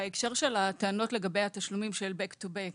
בהקשר של הטענות לגבי התשלומים של Back to back,